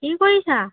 কি কৰিছা